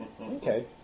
Okay